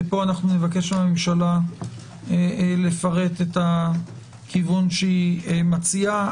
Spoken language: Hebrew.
כי פה נבקש מהממשלה לפרט את הכיוון שהיא מציעה.